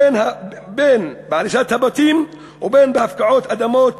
בין בהריסת הבתים ובין בהפקעת אדמות